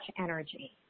energy